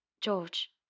George